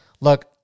Look